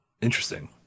Interesting